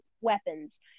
weapons